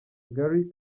gary